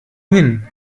hin